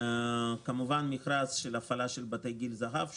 כמובן מכרז של הפעלת בתי גיל זהב,